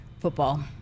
football